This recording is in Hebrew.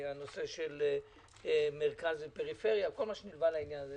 הנושא של מרכז ופריפריה וכל מה שנלווה לעניין הזה.